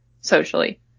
socially